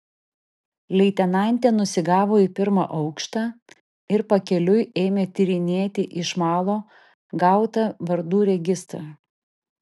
leitenantė nusigavo į pirmą aukštą ir pakeliui ėmė tyrinėti iš malo gautą vardų registrą